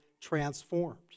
transformed